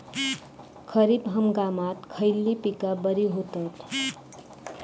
खरीप हंगामात खयली पीका बरी होतत?